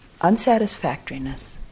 unsatisfactoriness